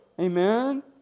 Amen